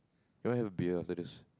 you wanna have a beer after this